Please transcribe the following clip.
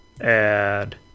add